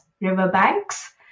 riverbanks